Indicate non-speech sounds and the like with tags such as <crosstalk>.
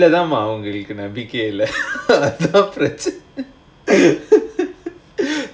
அவங்களுக்கு நம்பிக்கையே இல்ல:avangalukku nambikayae illa <laughs>